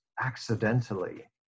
accidentally